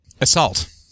Assault